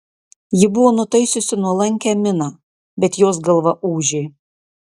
ji buvo nutaisiusi nuolankią miną bet jos galva ūžė